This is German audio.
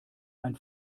ein